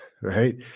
Right